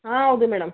ಹಾಂ ಹೌದು ಮೇಡಮ್